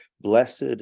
blessed